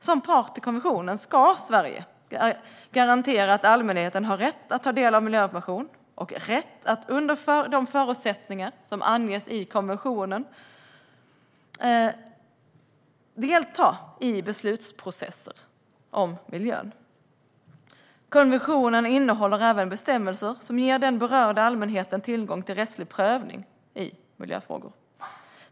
Som part i konventionen ska Sverige garantera att allmänheten har rätt att ta del av miljöinformation och att, under de förutsättningar som anges i konventionen, delta i beslutsprocesser om miljön. Konventionen innehåller även bestämmelser som ger den berörda allmänheten tillgång till rättslig prövning i miljöfrågor.